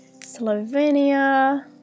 Slovenia